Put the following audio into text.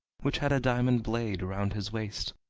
which had a diamond blade, round his waist,